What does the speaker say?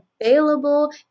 available